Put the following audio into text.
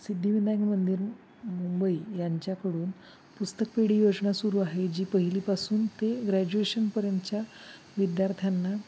सिद्धिविनायक मंदिर मुंबई यांच्याकडून पुस्तकपिढी योजना सुरू आहे जी पहिलीपासून ते ग्रॅज्युएशनपर्यंतच्या विद्यार्थ्यांना